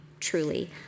truly